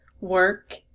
work